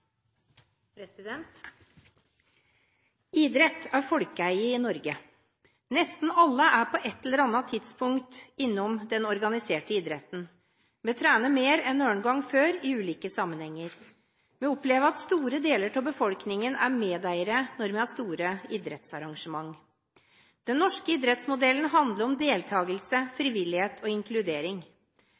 folkeeie i Norge. Nesten alle er på et eller annet tidspunkt innom den organiserte idretten. Vi trener mer enn noen gang før i ulike sammenhenger. Vi opplever at store deler av befolkningen er medeiere når vi har store idrettsarrangementer. Den norske idrettsmodellen handler om deltakelse, frivillighet og inkludering.